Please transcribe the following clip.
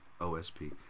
OSP